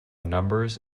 numbers